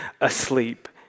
asleep